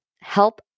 help